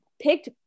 picked